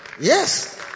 yes